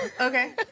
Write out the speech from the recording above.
Okay